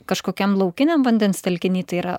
kažkokiam laukiniam vandens telkiny tai yra